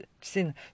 seen